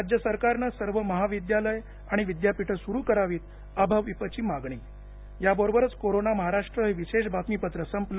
राज्य सरकारनं सर्व महाविद्यालय आणि विद्यापीठे सुरु करावीत अभाविपची मागणी याबरोबरच कोरोना महाराष्ट्र हे विशेष बातमीपत्र संपलं